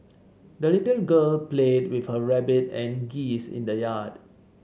the little girl played with her rabbit and geese in the yard